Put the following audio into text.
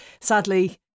sadly